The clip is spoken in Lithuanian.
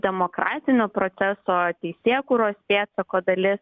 demokratinio proceso teisėkūros pėdsako dalis